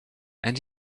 and